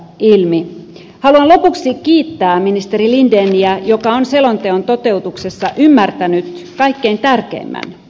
haluan lopuksi kiittää ministeri lindeniä joka on selonteon toteutuksessa ymmärtänyt kaikkein tärkeimmän